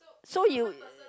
so you